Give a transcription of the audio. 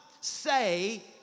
say